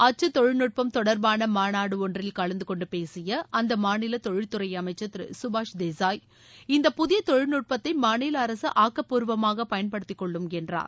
அச்சு தொழில்நுட்பம் தொடர்பான மாநாடு ஒன்றில் கலந்துகொண்டு பேசிய அந்த மாநில தொழில்துறை அமைச்சர் திரு சுபாஷ் தேசாய் இந்த புதிய தொழில்நுட்பத்தை மாநில அரசு ஆக்கப்பூர்வமாக பயன்படுத்திக்கொள்ளும் என்றார்